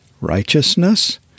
Righteousness